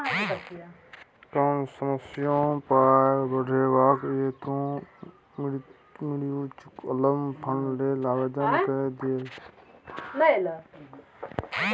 कम समयमे पाय बढ़ेबाक यै तँ म्यूचुअल फंड लेल आवेदन कए दियौ